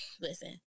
listen